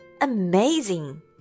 Amazing